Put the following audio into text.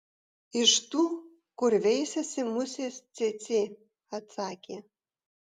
iš tų kur veisiasi musės cėcė atsakė